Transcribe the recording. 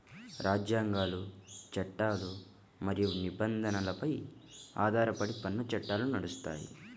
రాజ్యాంగాలు, చట్టాలు మరియు నిబంధనలపై ఆధారపడి పన్ను చట్టాలు నడుస్తాయి